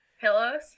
Pillows